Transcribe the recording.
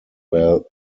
were